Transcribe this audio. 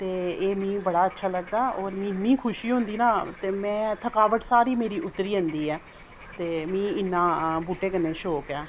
ते एह् मी बड़ा अच्छा लगदा होर मिगी इन्नी खुशी होंदी ना ते मैं थकावट सारी मेरी उतरी जंदी ऐ ते मी इ'न्ना बूह्टे कन्नै शौक ऐ